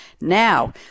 Now